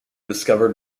discovered